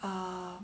ah